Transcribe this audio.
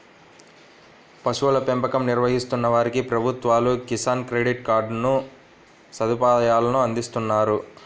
పశువుల పెంపకం నిర్వహిస్తున్న వారికి ప్రభుత్వాలు కిసాన్ క్రెడిట్ కార్డు లాంటి సదుపాయాలను అందిస్తున్నారు